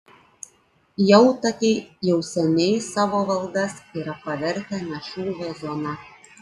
jautakiai jau seniai savo valdas yra pavertę ne šūvio zona